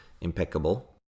impeccable